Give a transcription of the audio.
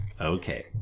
Okay